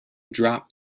dropped